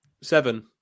seven